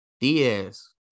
Diaz